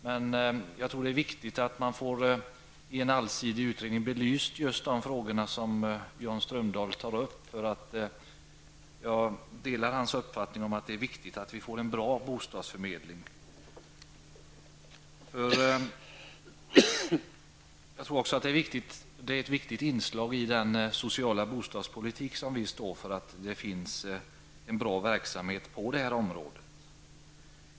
Men jag tror att det är viktigt att man i en allsidig utredning får just de frågor som Jan Strömdahl tog upp belysta -- jag delar hans uppfattning att det är viktigt att vi får en bra bostadsförmedling. Det är också ett viktigt inslag i den sociala bostadspolitik som vi står för att det finns en bra verksamhet på det här området.